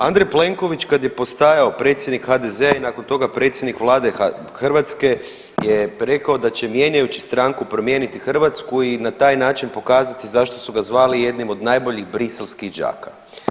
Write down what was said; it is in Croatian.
Andrej Plenković kada je postajao predsjednik HDZ-a i nakon toga predsjednik vlade Hrvatske je rekao da će mijenjajući stranku promijeniti Hrvatsku i na taj način pokazati zašto su ga zvali jednim od najboljih briselskih đaka.